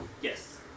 Yes